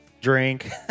Drink